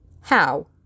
How